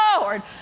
Lord